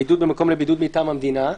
מקום לבידוד מטעם המדינה.